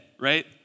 right